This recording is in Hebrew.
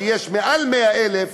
שיש מעל 100,000,